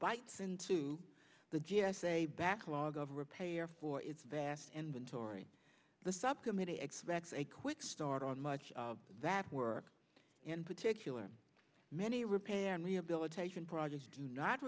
bites into the g s a backlog of repair for its vast inventory the subcommittee expects a quick start on much of that work in particular many repair and rehabilitation projects do not